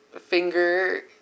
finger